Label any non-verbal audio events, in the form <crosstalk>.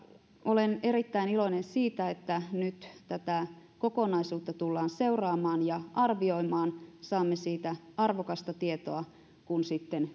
olen erittäin iloinen siitä että nyt tätä kokonaisuutta tullaan seuraamaan ja arvioimaan saamme siitä arvokasta tietoa kun sitten <unintelligible>